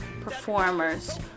performers